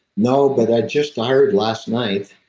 no, but i just heard last night